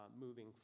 moving